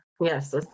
Yes